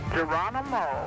Geronimo